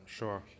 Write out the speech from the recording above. sure